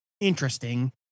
interesting